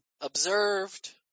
observed